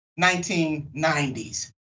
1990s